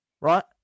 right